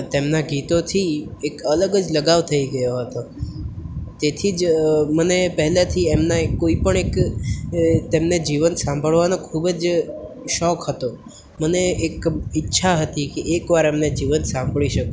તેમના ગીતોથી એક અલગ જ લગાવ થઈ ગયો હતો તેથી જ મને પહેલેથી એમના કોઈ પણ ગીત એક તેમને જીવંત સાંભળવાનો ખૂબ જ શોખ હતો મને એક ઈચ્છા હતી કે એક વાર એમને જીવંત સાંભળી શકું